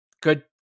good